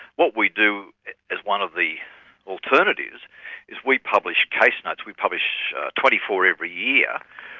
what we do as one of the alternatives is we publish case notes, we publish twenty four every year,